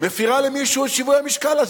מפירה למישהו את שיווי המשקל הזה.